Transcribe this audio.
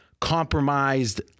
compromised